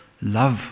love